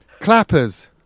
Clappers